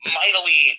mightily